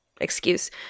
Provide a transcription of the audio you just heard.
excuse